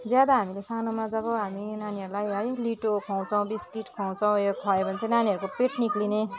ज्यादा हामीले सानोमा जब हामी नानीहरूलाई है लिटो खुवाउँछौँ बिस्किट खुवाउँछौँ खुवायो भने चाहिँ नानीहरूको पेट निक्लिने